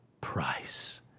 price